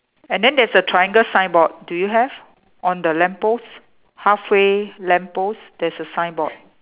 and then there's a triangle signboard do you have on the lamppost halfway lamppost there's a signboard